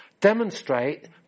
demonstrate